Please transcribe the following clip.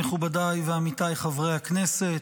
מכובדיי ועמיתיי חברי הכנסת,